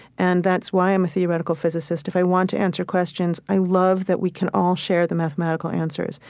and that's why i'm a theoretical physicist. if i want to answer questions, i love that we can all share the mathematical answers.